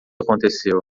aconteceu